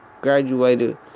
graduated